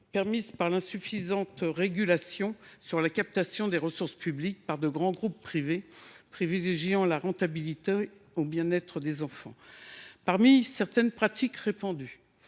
permises par l’insuffisante régulation de la captation des ressources publiques par de grands groupes privés, qui privilégient la rentabilité au détriment du bien être des enfants. Parmi certaines pratiques répandues,